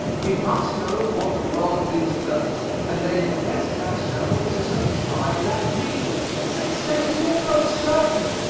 we must know what the world needs first and then invest ourselves to supply that need, and success is almost certain.